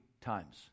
times